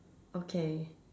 okay